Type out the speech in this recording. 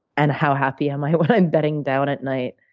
and how happy am i when i'm bedding down at night?